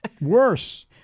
Worse